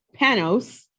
Panos